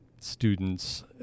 students